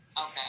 Okay